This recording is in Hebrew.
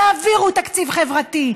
תעבירו תקציב חברתי,